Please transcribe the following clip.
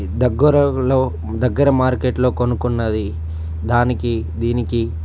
దగ్గరలో దగ్గర మార్కెట్లో కొనుక్కున్నది దానికి దీనికి